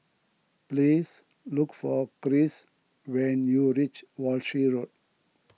please look for Krish when you reach Walshe Road